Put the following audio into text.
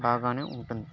బాగానే ఉంటుంది